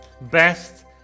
Best